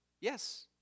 yes